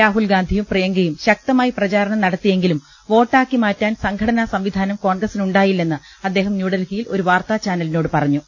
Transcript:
രാഹുൽഗാന്ധിയും പ്രിയ്ക്കയും ശക്തമായി പ്രചാരണം നടത്തിയെങ്കിലും വോട്ടാക്കി മാറ്റാൻ സംഘടനാ സംവി ധാനം കോൺഗ്രസിനുണ്ടായില്ലെന്ന് അദ്ദേഹം ന്യൂഡൽഹിയിൽ ഒരു വാർത്താചാനലിനോട് പറഞ്ഞു